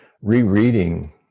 rereading